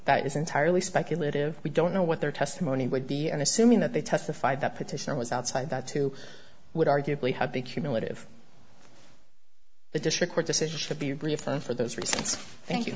that is entirely speculative we don't know what their testimony would be and assuming that they testified that petitioner was outside that too would arguably have the cumulative the district court decision should be reaffirmed for those reasons thank you